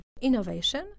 Innovation